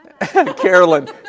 Carolyn